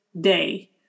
day